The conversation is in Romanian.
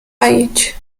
aici